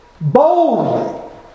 boldly